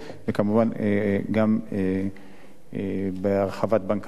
וכמובן גם בהרחבת בנק הדואר.